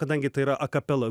kadangi tai yra akapela